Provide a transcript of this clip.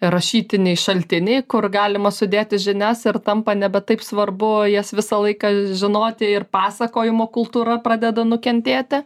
rašytiniai šaltiniai kur galima sudėti žinias ir tampa nebe taip svarbu jas visą laiką žinoti ir pasakojimo kultūra pradeda nukentėti